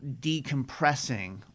decompressing